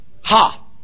Ha